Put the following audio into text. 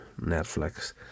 Netflix